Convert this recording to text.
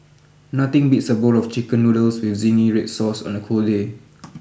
nothing beats a bowl of chicken noodles with zingy red sauce on a cold day